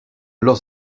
los